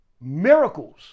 miracles